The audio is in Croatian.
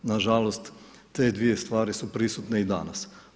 Nažalost te dvije stvari su prisutne i danas.